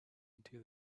into